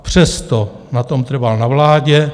Přesto na tom trval na vládě.